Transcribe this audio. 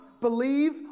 believe